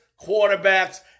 quarterbacks